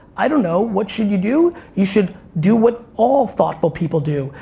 i don't know, what should you do? you should do what all thoughtful people do,